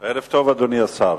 ערב טוב, אדוני השר.